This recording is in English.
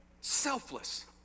Selfless